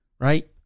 right